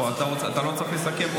אתה לא צריך לסכם?